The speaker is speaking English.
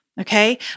Okay